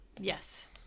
Yes